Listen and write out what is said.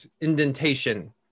indentation